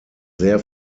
sehr